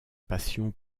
passion